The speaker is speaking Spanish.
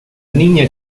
niña